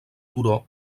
turó